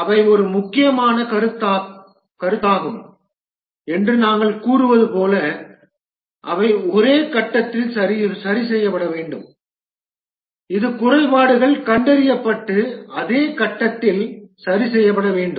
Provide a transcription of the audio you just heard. அவை ஒரு முக்கியமான கருத்தாகும் என்று நாங்கள் கூறுவது போல அவை ஒரே கட்டத்தில் சரி செய்யப்பட வேண்டும் இது குறைபாடுகள் கண்டறியப்பட்டு அதே கட்டத்தில் சரி செய்யப்படும்